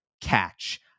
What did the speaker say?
catch